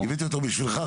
הבאתי אותו בשבילך.